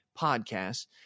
podcasts